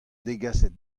degaset